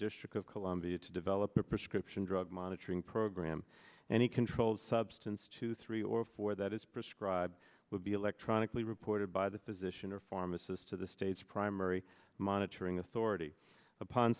district of columbia to develop a prescription drug monitoring program and a controlled substance to three or four that is prescribed will be electronically reported by the physician or pharmacist to the state's primary monitoring authority upon